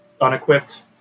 unequipped